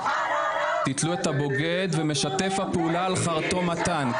את הבוגד ומשתף הפעול על חרטום הטנק".